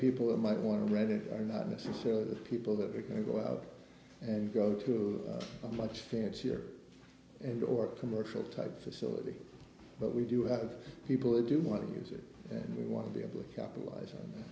people that might want to read it not necessarily the people that are going to go out and go to a much fancier and or commercial type facility but we do have people who do want to use it and we want to be able to capitalize on that